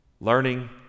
Learning